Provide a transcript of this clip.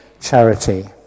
charity